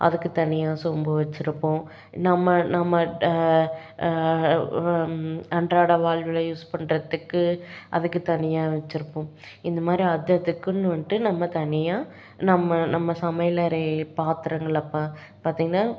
அதுக்கு தனியாக சொம்பு வெச்சுருப்போம் நம்ம நம்ம ட அன்றாட வாழ்வுல யூஸ் பண்ணுறதுக்கு அதுக்கு தனியாக வெச்சுருப்போம் இந்த மாதிரி அது அதுக்குன்னு வந்துட்டு நம்ம தனியாக நம்ம நம்ம சமையல் அறை பாத்திரங்களை ப பார்த்தீங்கன்னா